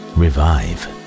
revive